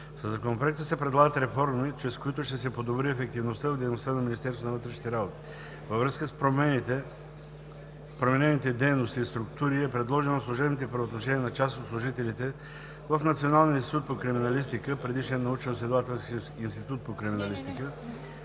Със Законопроекта се предлагат реформи, чрез които ще се подобри ефективността в дейността на Министерството на вътрешните работи. Във връзка с променените дейности и структури е предложено служебните правоотношения на част от служителите в Националния институт по криминалистика (предишен Научноизследователски институт по криминалистика),